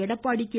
Edappadi K